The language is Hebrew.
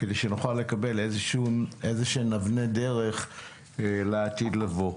כדי שנוכל לקבל אבני דרך לעתיד לבוא.